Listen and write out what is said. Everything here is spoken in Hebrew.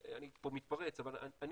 אני פה מתפרץ, אבל אני